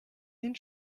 den